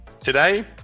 Today